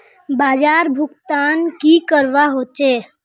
बाजार भुगतान की करवा होचे?